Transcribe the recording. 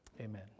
Amen